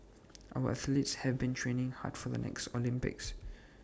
our athletes have been training hard for the next Olympics